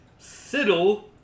siddle